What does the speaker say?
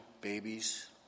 babies